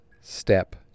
step